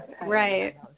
Right